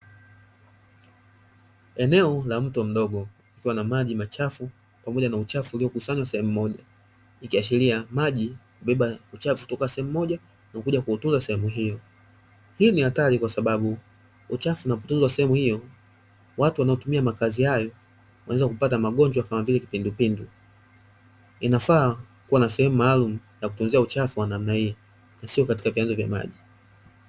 Eneo la mto mdogo, likiwa na maji machafu pamoja na uchafu uliokusanywa sehemu moja, ikiashiria maji hubeba uchafu kutoka sehemu moja na kuja kuutunza sehemu hiyo, hii ni hatari kwasababu uchafu unapotunzwa sehemu hiyo, watu wanaotumia makazi hayo wanaweza kupata magonjwa kama vile kipindupindu. Inafaa kuwa na sehemu maalumu ya kutunzia uchafu wa namna hiyo na sio katika vyanzo vya maji.